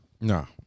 No